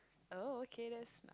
oh okay that's